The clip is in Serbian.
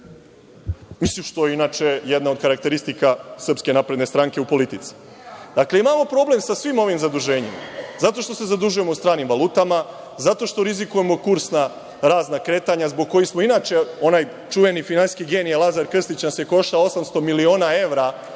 mislim, što je inače jedna od karakteristika SNS u politici. Dakle, imamo problem sa svim ovim zaduženjima, zato što se zadužujemo u stranim valutama, zato što rizikujemo kursna razna kretanja zbog kojih smo inače, onaj čuveni finansijski genije Lazar Krstić nas je koštao 800 miliona evra